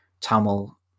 Tamil